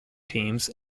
teams